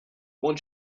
one